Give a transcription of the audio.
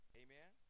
amen